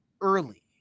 early